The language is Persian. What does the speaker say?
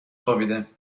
خوابیده